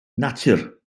natur